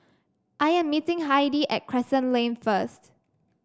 I am meeting Heidi at Crescent Lane first